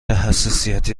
حساسیتی